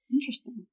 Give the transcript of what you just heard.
interesting